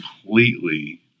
completely